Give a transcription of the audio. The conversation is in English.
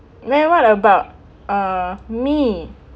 then what about uh me